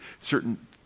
Certain